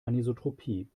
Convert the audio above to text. anisotropie